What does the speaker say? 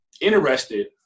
interested